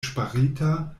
ŝparita